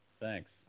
thanks